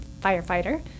firefighter